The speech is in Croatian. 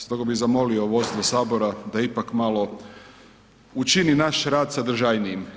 Stoga bi zamolio vodstvo sabora da ipak malo učini naš rad sadržajnijim.